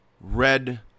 red